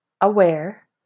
aware